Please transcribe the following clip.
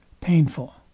painful